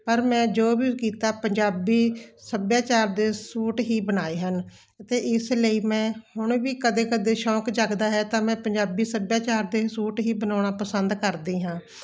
ਪਰ ਮੈਂ ਜੋ ਵੀ ਕੀਤਾ ਪੰਜਾਬੀ ਸੱਭਿਆਚਾਰ ਦੇ ਸੂਟ ਹੀ ਬਣਾਏ ਹਨ ਅਤੇ ਇਸ ਲਈ ਮੈਂ ਹੁਣ ਵੀ ਕਦੇ ਕਦੇ ਸ਼ੌਂਕ ਜਾਗਦਾ ਹੈ ਤਾਂ ਮੈਂ ਪੰਜਾਬੀ ਸੱਭਿਆਚਾਰ ਦੇ ਸੂਟ ਹੀ ਬਣਾਉਣਾ ਪਸੰਦ ਕਰਦੀ ਹਾਂ